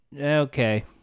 Okay